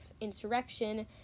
insurrection